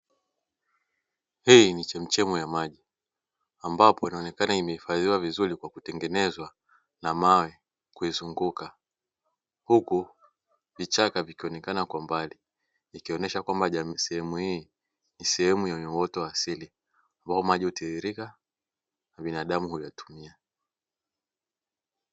Hii ni chemchem ya maji ambapo inaonekana imehifadhiwa vizuri kwa kutengenezwa na mawe kuizunguka, huku vichaka vikionekana kwa mbali ikionesha kwamba sehemu hii ni sehemu yenye uoto wa asili kwahiyo maji hutiririka na binadamu huyatumia.